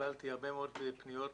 קיבלתי הרבה מאוד פניות